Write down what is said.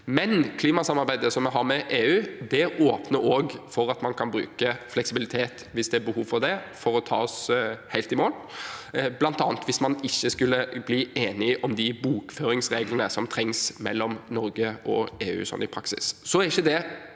EU. Klimasamarbeidet vi har med EU, åpner også for å bruke fleksibilitet hvis det er behov for det for å ta oss helt i mål, bl.a. hvis man ikke skulle bli enige om bokføringsreglene som trengs mellom Norge og EU i praksis.